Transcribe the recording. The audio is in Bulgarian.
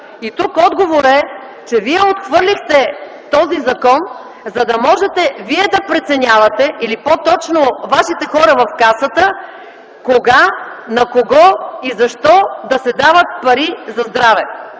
Тук отговорът е, че вие отхвърлихте този закон, за да можете вие да преценявате, или по-точно вашите хора в Касата, кога, на кого и защо да се дават пари за здраве!